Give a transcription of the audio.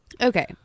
Okay